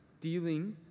dealing